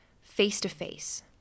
face-to-face